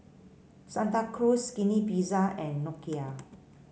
Santa Cruz Skinny Pizza and Nokia